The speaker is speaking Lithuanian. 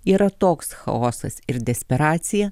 yra toks chaosas ir desperacija